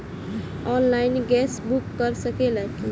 Online gas book कर सकिले की?